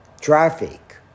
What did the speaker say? traffic